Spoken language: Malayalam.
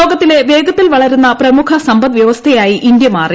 ലോകത്തിലെ വേഗത്തിൽ വളരുന്ന പ്രമുഖ സമ്പദ് വ്യവസ്ഥയായി ഇന്ത്യ മാറി